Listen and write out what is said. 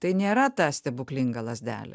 tai nėra ta stebuklinga lazdelė